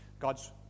god's